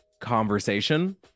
conversation